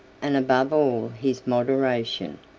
and above all his moderation.